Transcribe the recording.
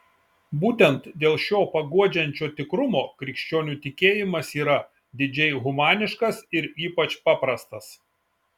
būtent dėl šio paguodžiančio tikrumo krikščionių tikėjimas yra didžiai humaniškas ir ypač paprastas